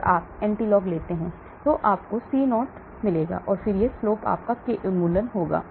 और आप antilog लेते हैं जो आपका C0 होगा और फिर यह slope आपका K उन्मूलन होगा